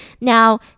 Now